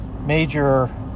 major